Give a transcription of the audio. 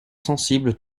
sensible